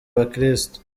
abakristu